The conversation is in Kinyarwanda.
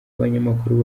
abanyamakuru